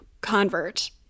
convert